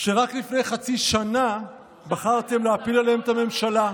שרק לפני חצי שנה בחרתם להפיל עליהן את הממשלה.